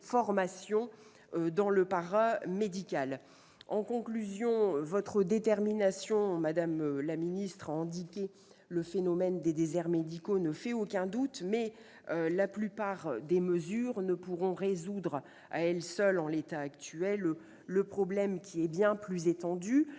secteur paramédical. En conclusion, votre détermination, madame la secrétaire d'État, à endiguer le phénomène des déserts médicaux ne fait aucun doute, mais la plupart des mesures ne pourront résoudre à elles seules, en l'état actuel, le problème qui est bien plus étendu.